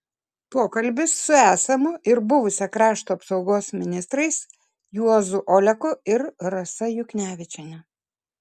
pokalbis su esamu ir buvusia krašto apsaugos ministrais juozu oleku ir rasa juknevičiene